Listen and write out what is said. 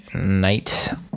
night